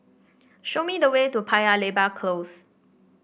show me the way to Paya Lebar Close